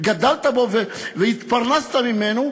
וגדלת בו והתפרנסת ממנו,